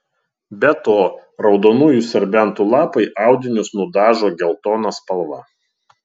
be to raudonųjų serbentų lapai audinius nudažo geltona spalva